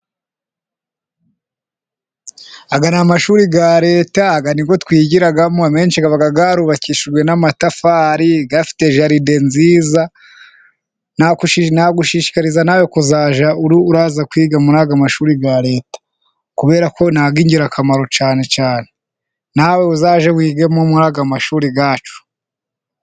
Aya ni amashuri ya Leta，aya niyo twigiramo amenshi aba yarubakishijwe n'amatafari， afite jaride nziza. Nagushishikariza nawe kuzajya uraza kwiga muri aya mashuri ya Leta，kubera ko ni ay’ingirakamaro cyane cyane， nawe uzaze wigemo muri aya mashuri yacu.